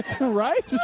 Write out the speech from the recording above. Right